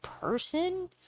person